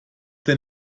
der